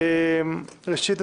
ראשית,